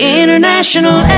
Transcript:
international